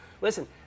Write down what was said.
Listen